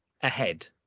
ahead